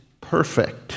perfect